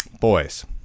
boys